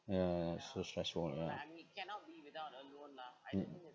ya ya so stressful ya mm